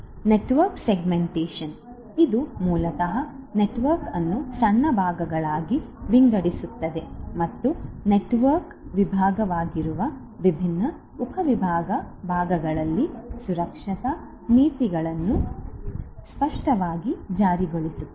network segmentation ಇದು ಮೂಲತಃ network ಅನ್ನು ಸಣ್ಣ ಭಾಗಗಳಾಗಿ ವಿಂಗಡಿಸುತ್ತದೆ ಮತ್ತು ನೆಟ್ವರ್ಕ್ ವಿಭಾಗವಾಗಿರುವ ವಿಭಿನ್ನ ಉಪವಿಭಾಗ ಭಾಗಗಳಲ್ಲಿ ಸುರಕ್ಷತಾ ನೀತಿಗಳನ್ನು ಸ್ಪಷ್ಟವಾಗಿ ಜಾರಿಗೊಳಿಸುತ್ತಿದೆ